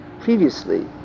previously